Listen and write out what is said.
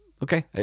Okay